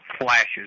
flashes